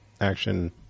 action